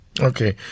Okay